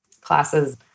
classes